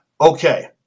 Okay